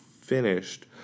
finished